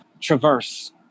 traverse